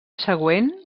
següent